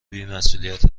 بیمسئولیت